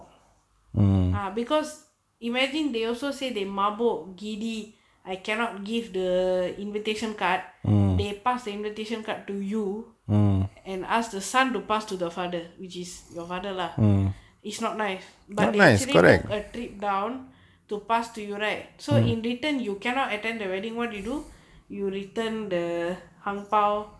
ah because imagine they also say they mabuk giddy I cannot give the err invitation card they pass invitation card to you and asked the son to pass to the father which is your father lah it's not nice but actually took a trip down to pass to your right so in return you cannot attend the wedding what do you do you return the err ang pow